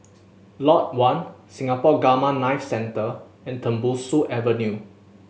Lot One Singapore Gamma Knife Centre and Tembusu Avenue